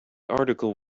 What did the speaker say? article